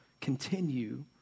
continue